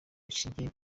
rishingiye